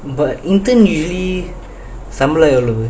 but intern usually சம்பலம் எவ்லவு:sambalam evlavu